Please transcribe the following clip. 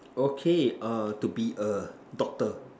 okay err to be a doctor